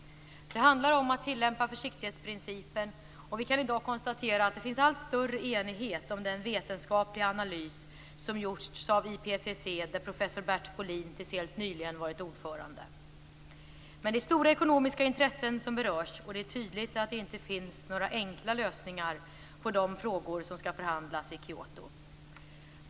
Det handlar om att tillämpa försiktighetsprincipen. Vi kan i dag konstatera att det finns allt större enighet om den vetenskapliga analys som gjorts av PCC där professor Bert Bolin tills helt nyligen har varit ordförande. Men det är stora ekonomiska intressen som berörs, och det är tydligt att det inte finns några enkla lösningar på de frågor som skall förhandlas i Kyoto.